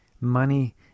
Money